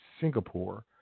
Singapore